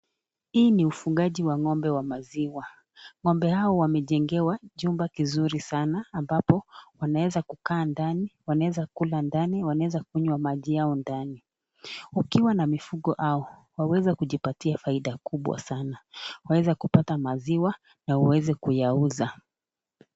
Hii ni ufugaji wa ng'ombe wa maziwa. Ng'ombe hawa wamejengewa chumba kizuri sana ambapo wanaeza kukaa ndani, wanaeza kula ndani, wanaeza kunywa maji yao ndani. Ukiwa na mifugo hao waweza kujipatia faida kubwa sana, waweza kupata maziwa na uweze kuyauza.